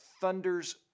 thunders